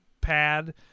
pad